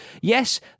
yes